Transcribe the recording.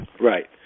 Right